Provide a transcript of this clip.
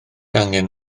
angen